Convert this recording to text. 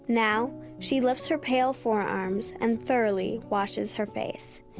now she lifts her pale forearms and thoroughly washes her face.